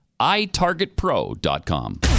iTargetPro.com